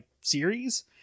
series